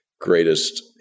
greatest